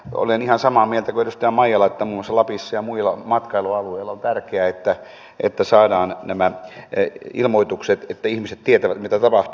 olen ihan samaa mieltä kuin edustaja maijala että muun muassa lapissa ja muilla matkailualueilla on tärkeää että saadaan nämä ilmoitukset niin että ihmiset tietävät mitä tapahtuu